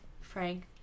Frank